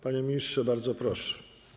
Panie ministrze, bardzo proszę.